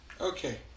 Okay